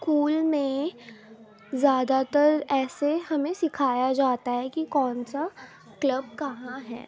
school میں زیادہ تر ایسے ہمیں سکھایا جاتا ہے کہ کون سا کلب کہاں ہے